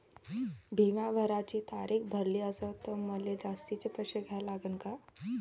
बिमा भराची तारीख भरली असनं त मले जास्तचे पैसे द्या लागन का?